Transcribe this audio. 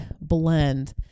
blend